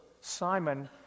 Simon